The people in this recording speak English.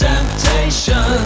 Temptation